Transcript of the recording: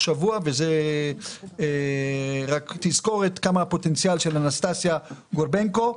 שבוע וזה רק תזכורת כמה הפוטנציאל של אנסטסיה גורבנקו.